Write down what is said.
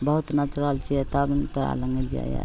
बहुत नाचि रहल छिए तब